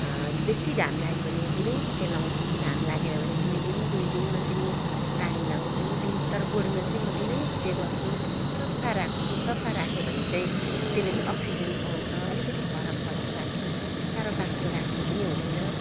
बेसी घाम लाग्यो भने दिनैपिछे लाउँछु घाम लागेन भने दुई दिन दुई दिनमा चाहिँ म पानी लाउँछु दिन तर गोडमेल चाहिँ म दिनैपिछे गर्छु सफा राख्छु सफा राख्यो भने चाहिँ त्यसले पनि अक्सिजन पाउँछ अलिकति फरक फरक राख्छु साह्रो बाक्लो राख्नु पनि हुँदैन